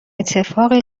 اتفاقی